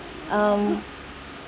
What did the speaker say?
um